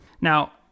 Now